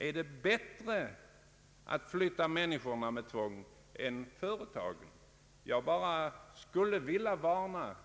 Är det bättre att flytta människorna med tvång än företagen? Jag skulle i all vänlighet vilja varna